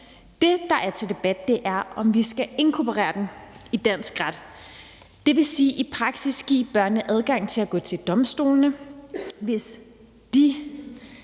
det, der er til debat, er, om vi skal inkorporere den i dansk ret, og det vil i praksis sige at give børnene en adgang til at gå til domstolene, hvis de